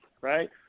right